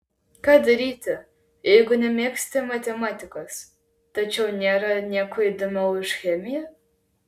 ką daryti jeigu nemėgsti matematikos tačiau nėra nieko įdomiau už chemiją